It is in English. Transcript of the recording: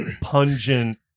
pungent